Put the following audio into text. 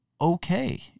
okay